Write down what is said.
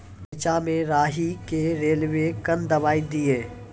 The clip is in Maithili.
रेचा मे राही के रेलवे कन दवाई दीय?